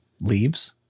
leaves